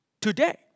today